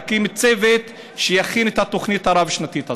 תקים צוות שיכין את התוכנית הרב-שנתית הזאת.